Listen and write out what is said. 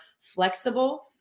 flexible